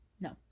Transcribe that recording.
no